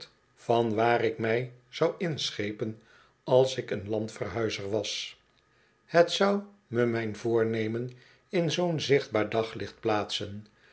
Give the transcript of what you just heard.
van waar ik mij zou inschepen als ik een landverhuizer was het zou me mijn voornemen in zoo'n zichtbaar daglicht piaatsen